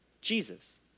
Jesus